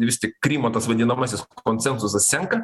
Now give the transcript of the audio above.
vis tik krymo tas vadinamasis konsensusas senka